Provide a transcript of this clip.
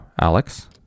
Alex